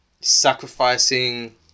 Sacrificing